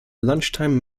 lunchtime